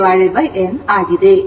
ಆಗಿದೆ